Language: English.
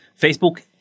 Facebook